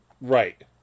Right